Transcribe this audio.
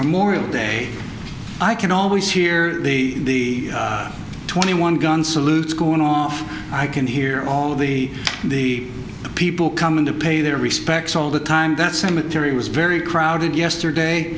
memorial day i can always hear the twenty one gun salutes going off i can hear all the the people coming to pay their respects all the time that cemetery was very crowded yesterday